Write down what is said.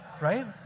right